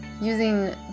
using